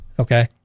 Okay